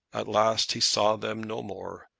at last he saw them no more,